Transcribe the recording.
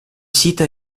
site